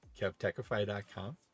kevtechify.com